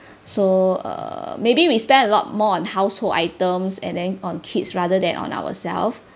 so err maybe we spend a lot more on household items and then on kids rather than on ourself